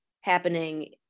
happening